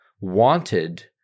wanted